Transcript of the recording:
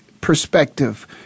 perspective